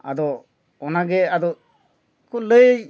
ᱟᱫᱚ ᱚᱱᱟ ᱜᱮ ᱟᱫᱚ ᱠᱚ ᱞᱟᱹᱭ